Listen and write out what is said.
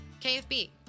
KFB